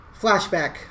Flashback